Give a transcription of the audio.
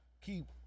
keep